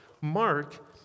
Mark